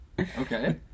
Okay